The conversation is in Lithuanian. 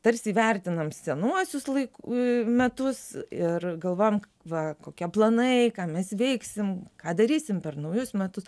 tarsi įvertinam senuosius laik metus ir galvojam va kokie planai ką mes veiksim ką darysim per naujus metus